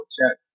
check